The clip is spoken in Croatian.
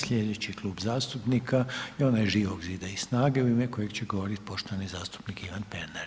Sljedeći Klub zastupnika je onaj Živog zida i SNAGA-e u ime kojeg će govoriti poštovani zastupnik Ivan Pernar.